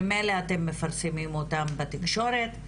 ממילא אתם מפרסמים אותם בתקשורת,